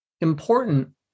important